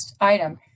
item